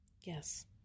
Yes